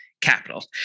capital